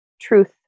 truth